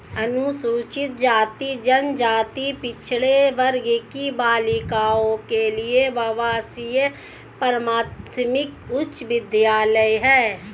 अनुसूचित जाति जनजाति पिछड़े वर्ग की बालिकाओं के लिए आवासीय प्राथमिक उच्च विद्यालय है